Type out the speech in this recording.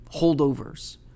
holdovers